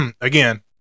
again